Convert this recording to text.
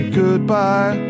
goodbye